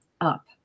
up